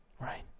right